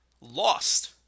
lost